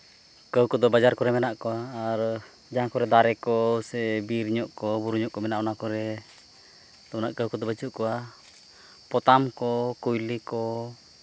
ᱚᱠᱚᱭ ᱠᱚᱫᱚ ᱵᱟᱡᱟᱨ ᱠᱚᱨᱮᱫ ᱢᱮᱱᱟᱜ ᱠᱚᱣᱟ ᱟᱨ ᱡᱟᱦᱟᱸ ᱠᱚᱨᱮᱜ ᱫᱟᱨᱮ ᱠᱚ ᱥᱮ ᱵᱤᱨ ᱧᱚᱜ ᱠᱚ ᱵᱩᱨᱩ ᱧᱚᱜ ᱠᱚ ᱢᱮᱱᱟᱜᱼᱟ ᱚᱱᱟ ᱠᱚᱨᱮᱫ ᱛᱚ ᱩᱱᱟᱹᱜ ᱠᱟᱹᱦᱩ ᱠᱚᱫᱚ ᱵᱟᱹᱪᱩᱜ ᱠᱚᱣᱟ ᱯᱚᱛᱟᱢ ᱠᱚ ᱠᱩᱭᱞᱤ ᱠᱚ